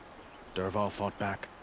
dervahl fought back.